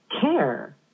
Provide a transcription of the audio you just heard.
care